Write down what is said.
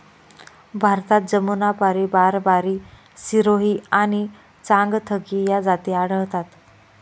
भारतात जमुनापारी, बारबारी, सिरोही आणि चांगथगी या जाती आढळतात